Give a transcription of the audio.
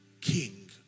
king